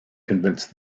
convince